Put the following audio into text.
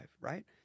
right